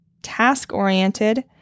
task-oriented